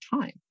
time